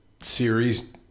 series